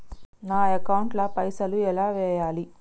నా అకౌంట్ ల పైసల్ ఎలా వేయాలి?